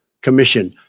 commission